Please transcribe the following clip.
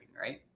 right